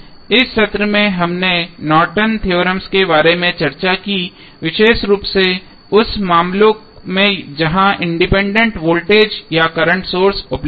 इस सत्र में हमने नॉर्टन थ्योरम Nortons Theorem के बारे में चर्चा की विशेष रूप से उन मामलों में जहां इंडिपेंडेंट वोल्टेज या करंट सोर्स उपलब्ध हैं